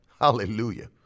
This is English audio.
Hallelujah